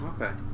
Okay